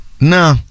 No